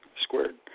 Squared